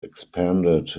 expanded